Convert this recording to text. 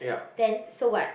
then so what